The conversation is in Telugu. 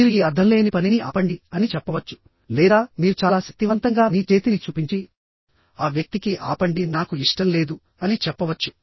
మీరు ఈ అర్ధంలేని పనిని ఆపండి అని చెప్పవచ్చు లేదా మీరు చాలా శక్తివంతంగా మీ చేతిని చూపించి ఆ వ్యక్తికి ఆపండి నాకు ఇష్టం లేదు అని చెప్పవచ్చు